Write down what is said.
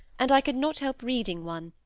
and i could not help reading one,